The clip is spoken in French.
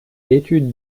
l’étude